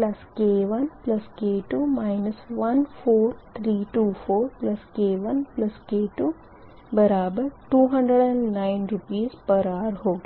14324K1K2209 Rshrहोगी